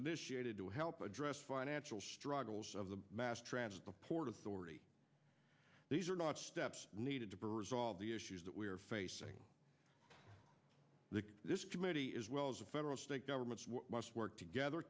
initiated to help address financial struggles of the mass transit port authority these are not steps needed to resolve the issues that we are facing this committee as well as the federal state governments must work together